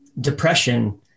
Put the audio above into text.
depression